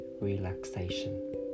relaxation